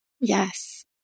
Yes